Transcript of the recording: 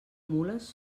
mules